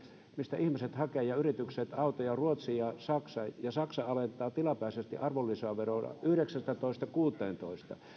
mistä ihmiset ja yritykset hakevat autoja ruotsista ja saksasta ja kun saksa alentaa tilapäisesti arvonlisäveroa yhdeksästätoista kuuteentoista